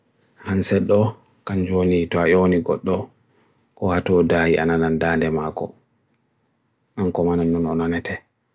hanset do kanjoni to ayoni goddo ko ato dahi anananda dem ako, anko mananononanete.